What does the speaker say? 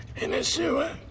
in a sewer.